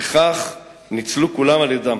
וכך ניצלו כולם על-ידם.